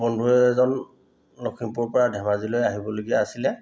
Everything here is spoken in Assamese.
বন্ধুু এজন লখিমপুৰৰপৰা ধেমাজিলৈ আহিবলগীয়া আছিলে